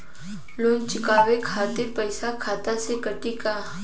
Loan चुकावे खातिर पईसा खाता से कटी का?